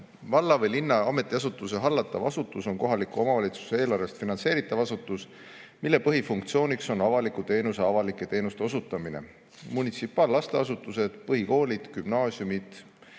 Valla või linna ametiasutuse hallatav asutus on kohaliku omavalitsuse eelarvest finantseeritav asutus, mille põhifunktsioon on avalike teenuste osutamine: munitsipaallasteasutused, põhikoolid ja gümnaasiumid